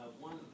one